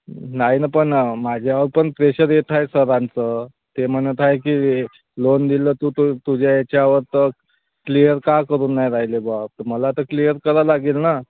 नाही ना पण माझ्यावर पण प्रेशर येत आहे सरांचं ते म्हणत आहे की लोन दिलं तू तू तुझ्या याच्यावर तर क्लिअर का करून नाही राहिले बॉ तर मला तर क्लिअर करावं लागेल ना